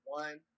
one